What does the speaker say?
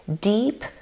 deep